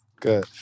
Good